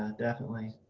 ah definitely.